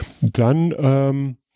dann